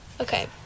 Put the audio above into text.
Okay